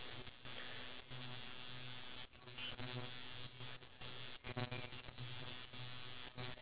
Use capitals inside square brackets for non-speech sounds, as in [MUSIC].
do you think if we were to educate the elderly because we already educate the younger generation that like [BREATH]